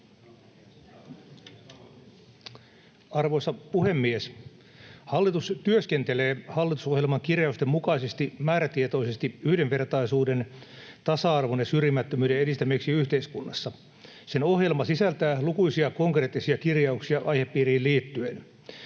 Arvoisa puhemies! Hallitus työskentelee hallitusohjelman kirjausten mukaisesti määrätietoisesti yhdenvertaisuuden, tasa-arvon ja syrjimättömyyden edistämiseksi yhteiskunnassa. Sen ohjelma sisältää lukuisia konkreettisia kirjauksia aihepiiriin liittyen.